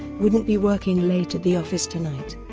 wouldn't be working late at the office tonight,